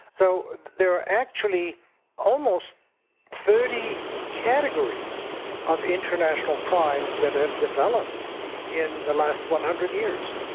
so there are actually almost thirty categories of international crimes that have developed in the last one hundred years.